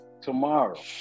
tomorrow